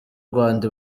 rwanda